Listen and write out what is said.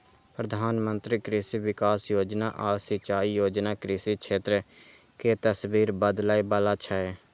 प्रधानमंत्री कृषि विकास योजना आ सिंचाई योजना कृषि क्षेत्र के तस्वीर बदलै बला छै